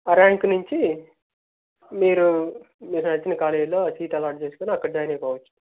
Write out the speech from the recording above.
ఆ ర్యాంక్ నుంచి మీరు మీకు నచ్చిన కాలేజ్లో సీటు అలాట్ చేసుకుని అక్కడ జాయిన్ అయిపోవచ్చు